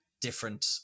different